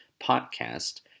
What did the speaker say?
Podcast